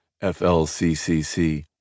FLCCC